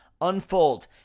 unfold